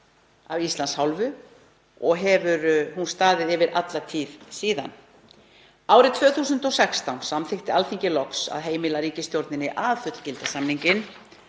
af Íslands hálfu og hefur hún staðið yfir alla tíð síðan. Árið 2016 samþykkti Alþingi loks að heimila ríkisstjórninni að fullgilda samninginn.